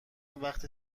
وقتی